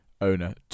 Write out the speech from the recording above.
owner